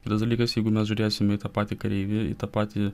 kitas dalykas jeigu mes žiūrėsime į tą patį kareiviu į tą patį